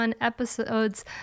episodes